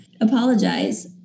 apologize